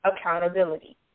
accountability